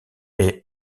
est